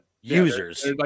users